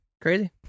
crazy